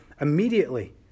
immediately